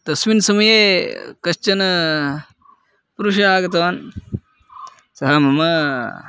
तस्मिन् समये कश्चन पुरुषः आगतवान् सः मम